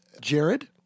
Jared